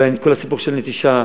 כל הסיפור של הנטישה,